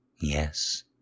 Yes